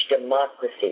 democracy